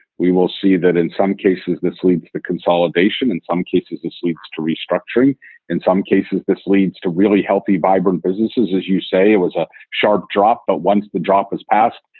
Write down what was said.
we will see that in some cases this leads to consolidation. in some cases this leads to restructuring in some cases. this leads to really healthy, vibrant businesses. as you say, it was a sharp drop. but once the drop has passed,